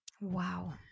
Wow